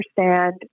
understand